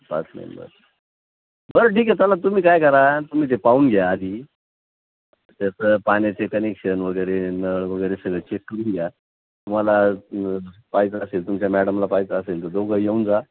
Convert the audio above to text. पाच मेंबर बरं ठीक आहे चला तुम्ही काय करा तुम्ही ते पाहून घ्या आधी त्याचं पाण्याचे कनेक्शन वगैरे नळ वगैरे सगळे चेक करून घ्या तुम्हाला पहायचं असेल तुमच्या मॅडमला पहायचं असेल तर दोघं येऊन जा